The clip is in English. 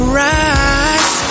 rise